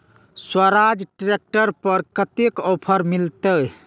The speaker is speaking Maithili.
स्वराज ट्रैक्टर पर कतेक ऑफर मिलते?